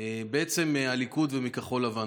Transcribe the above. בעצם מהליכוד ומכחול לבן.